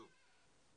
שוב,